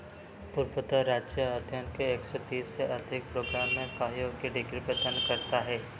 पूर्वोत्तर राज्य अध्ययन के एक सौ तीस से अधिक प्रोग्राम में सहयोग की डिग्री प्रदान करता है